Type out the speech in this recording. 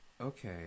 Okay